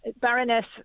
baroness